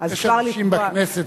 יש אנשים בכנסת,